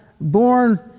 born